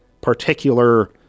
particular